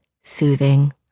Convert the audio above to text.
soothing